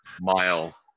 mile